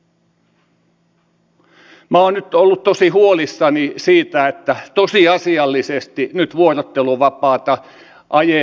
minä olen ollut tosi huolissani siitä että tosiasiallisesti nyt vuorotteluvapaata ajetaan alas